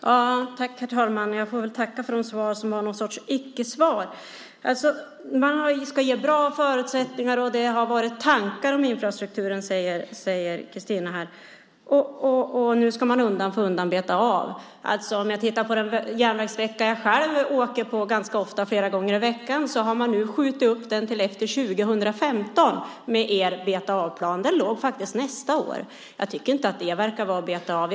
Herr talman! Jag får väl tacka för de svar som var någon sorts icke-svar. Man ska ge bra förutsättningar, och det har funnits tankar om infrastrukturen, säger Christina. Och nu ska man undan för undan beta av. Jag kan titta på den järnvägssträcka som jag själv åker ganska ofta, flera gånger i veckan. Den har man nu skjutit upp till efter 2015, med er beta-av-plan. Den låg faktiskt nästa år. Jag tycker inte att detta verkar vara att beta av.